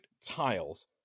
tiles